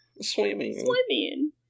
Swimming